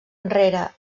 enrere